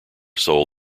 sold